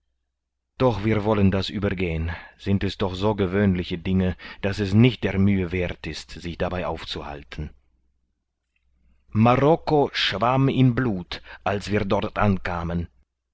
doch wir wollen das übergehen sind es doch so gewöhnliche dinge daß es nicht der mühe werth ist sich dabei aufzuhalten marokko schwamm in blut als wir dort ankamen